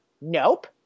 nope